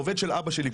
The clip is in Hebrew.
העובד של אבא שלי,